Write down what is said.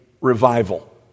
revival